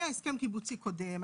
היה הסכם קיבוצי קודם,